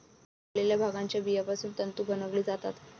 वाळलेल्या भांगाच्या बियापासून तंतू बनवले जातात